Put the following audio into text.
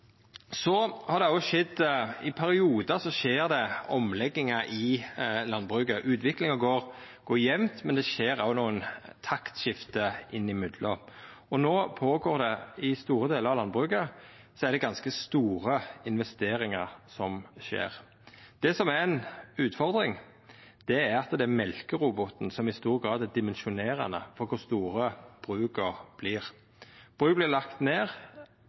I periodar skjer det omleggingar i landbruket. Utviklinga går jamt, men det skjer òg nokre taktskifte innimellom. I store delar av landbruket er det no ganske store investeringar som skjer. Det som er ei utfordring, er at det er mjølkeroboten som i stor grad er dimensjonerande for kor store bruka vert. Bruk vert lagde ned,